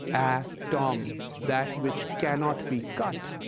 ah um that which cannot be cut.